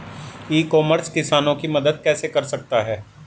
ई commerce किसानों की मदद कैसे कर सकता है?